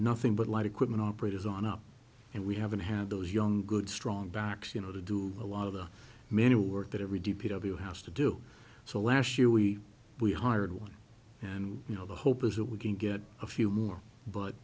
nothing but light equipment operators on up and we haven't had those young good strong backs you know to do a lot of the manual work that every d p w has to do so last year we we hired one and you know the hope is that we can get a few more but